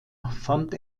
fand